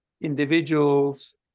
individuals